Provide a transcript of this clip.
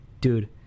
Dude